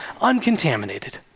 uncontaminated